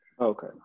okay